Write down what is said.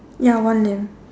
ya one lamp